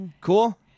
Cool